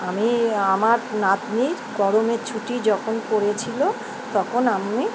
আমি আমার নাতনির গরমের ছুটি যখন পড়েছিলো তখন আমি